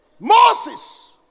Moses